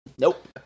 Nope